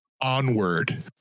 onward